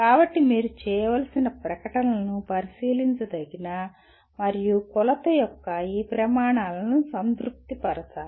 కాబట్టి మీరు చేయవలసిన ప్రకటనలు పరిశీలించదగిన మరియు కొలత యొక్క ఈ ప్రమాణాలను సంతృప్తి పరచాలి